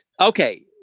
okay